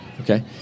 okay